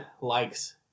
likes